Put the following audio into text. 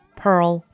pearl